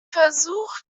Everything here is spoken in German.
versucht